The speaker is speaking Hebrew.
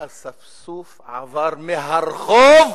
האספסוף עבר מהרחוב,